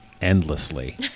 endlessly